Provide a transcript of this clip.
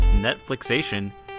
Netflixation